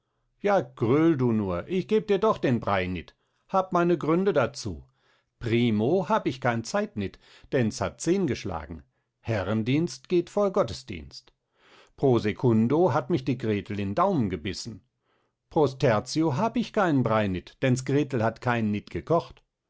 ja gröl du nur ich geb dir doch den brei nit hab meine gründ dazu primo hab ich kein zeit nit denn s hat zehn geschlagen herrendienst geht vor gottesdienst pro secundo hat mich die gretl in daumen gebißen prostertio hab ich keinen brei nit denns gretl hat keinen nit gekocht